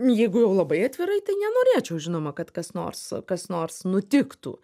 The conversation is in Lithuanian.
jeigu jau labai atvirai tai nenorėčiau žinoma kad kas nors kas nors nutiktų